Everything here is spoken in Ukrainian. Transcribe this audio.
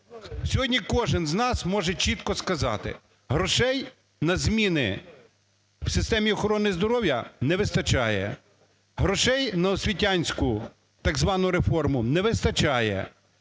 Сьогодні кожен з нас може чітко сказати, грошей на зміни в системі охорони здоров'я не вистачає. Грошей на освітянську так звану реформу не вистачає.